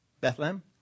Bethlehem